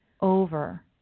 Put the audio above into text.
over